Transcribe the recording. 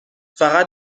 فقط